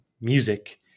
music